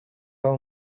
all